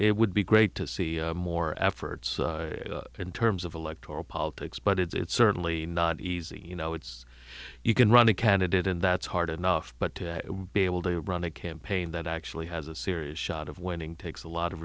it would be great to see more efforts in terms of electoral politics but it's certainly not easy you know it's you can run a candidate and that's hard enough but to be able to run a campaign that actually has a serious shot of winning takes a lot of